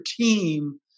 team